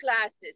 classes